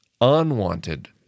unwanted